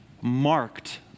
marked